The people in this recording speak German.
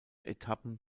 etappen